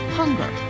hunger